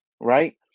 right